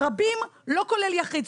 שרבים לא כולל יחיד,